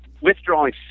withdrawing